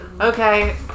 Okay